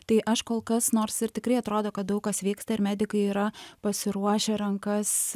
tai aš kol kas nors ir tikrai atrodo kad daug kas vyksta ir medikai yra pasiruošę rankas